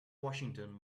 washington